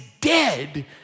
dead